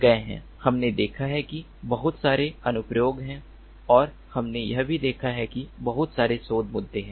हमने देखा है कि बहुत सारे अनुप्रयोग हैं और हमने यह भी देखा है कि बहुत सारे शोध मुद्दे हैं